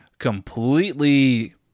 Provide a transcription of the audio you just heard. Completely